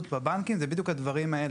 בבנקים התכוונו בדיוק לדברים האלה.